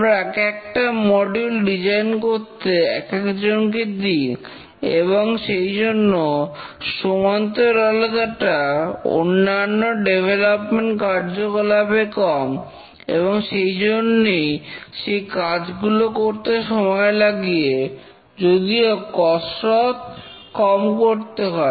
আমরা এক একটা মডিউল ডিজাইন করতে এক একজনকে দি এবং সেই জন্য সমান্তরালতাটা অন্যান্য ডেভেলাপমেন্ট কার্যকলাপে কম এবং সেই জন্যই সেই কাজগুলো করতে সময় লাগে যদিও কসরত কম করতে হয়